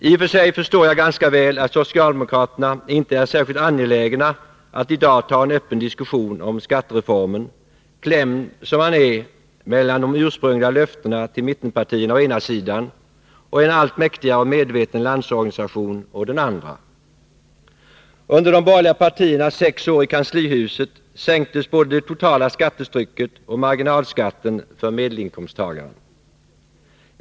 I och för sig förstår jag ganska väl att man inom socialdemokraterna inte är särskilt angelägen att i dag ta en öppen diskussion om skattereformen, klämd som man är mellan de ursprungliga löftena till mittenpartierna å ena sidan och en allt mäktigare och medveten Landsorganisation å den andra. Under de borgerliga partiernas sex år i kanslihuset sänktes både det totala skattetrycket och marginalskatten för medelinkomsttagarna.